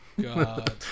God